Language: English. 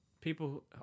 People